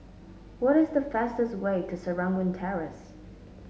what is the fastest way to Serangoon Terrace